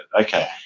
Okay